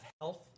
health